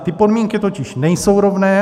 Ty podmínky totiž nejsou rovné.